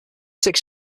six